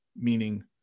meaning